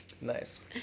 Nice